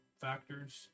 factors